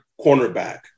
cornerback